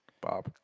Bob